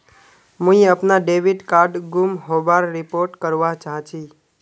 मुई अपना debit card गूम होबार रिपोर्ट करवा चहची